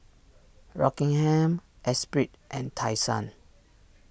Rockingham Esprit and Tai Sun